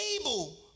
able